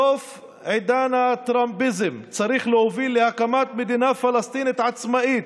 סוף עידן הטראמפיזם צריך להוביל להקמת מדינה פלסטינית עצמאית,